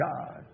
God